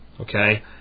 okay